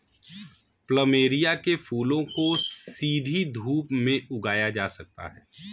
plumeria के फूलों को सीधी धूप में उगाया जा सकता है